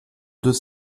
deux